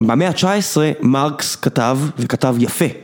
במאה ה-19 מרקס כתב, וכתב יפה.